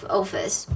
office，